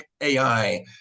ai